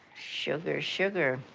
sugar, sugar.